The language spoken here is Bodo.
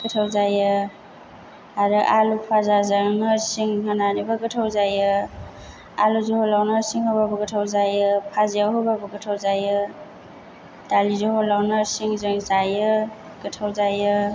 गोथाव जायो आरो आलु फाजाजों नोरसिं होनानैबो गोथाव जायो आलु जहलाव नोरसिं होबाबो गोथाव जायो फाजि एवनायाव होबाबो गोथाव जायो दालि जहलाव नोरसिंजों जायो गोथाव जायो